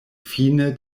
fine